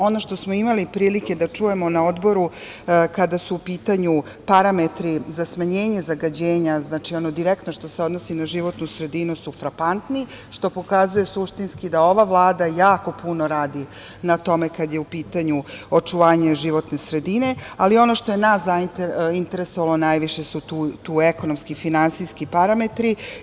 Ono što smo imali prilike da čujemo na Odboru, kada su u pitanju parametri za smanjenje zagađenja, znači ono direktno što se odnosi na životnu sredinu su frapantni, što pokazuje suštinski da ova Vlada jako puno radi na tome, kada je u pitanju očuvanje životne sredine, ali ono što je nas interesovalo najviše su tu ekonomski i finansijski parametri.